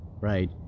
right